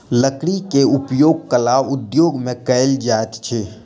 लकड़ी के उपयोग कला उद्योग में कयल जाइत अछि